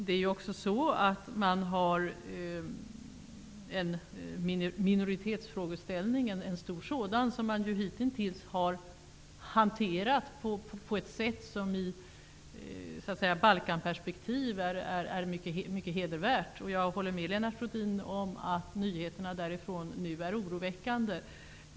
Man har i Makedonien också en stor minoritetsfrågeställning, som man hitintills har hanterat på ett sätt som i Balkanperspektiv är mycket hedervärt. Jag håller med Lennart Rohdin om att nyheterna därifrån nu är oroväckande.